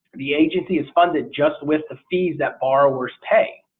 the agency is funded just with the fees that borrowers pay.